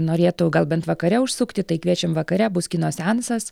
norėtų gal bent vakare užsukti tai kviečiam vakare bus kino seansas